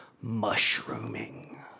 mushrooming